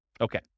Okay